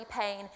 pain